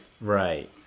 Right